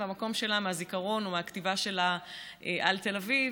והמקום שלה מהזיכרון או מהכתיבה שלה על תל אביב